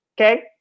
okay